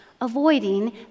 avoiding